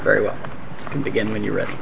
very well to begin when you're ready